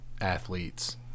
athletes